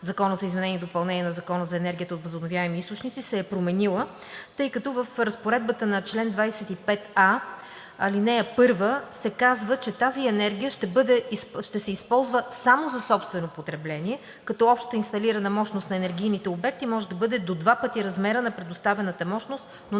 Закона за изменение и допълнение на Закона за енергията от възобновяеми източници, се е променила, тъй като в разпоредбата на чл. 25а, ал. 1 се казва, че тази енергия ще се използва само за собствено потребление, като общата инсталирана мощност на енергийните обекти може да бъде до два пъти размера на предоставената мощност, но